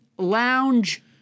lounge